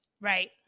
Right